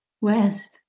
West